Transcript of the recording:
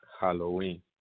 Halloween